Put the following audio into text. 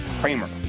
Kramer